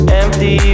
Empty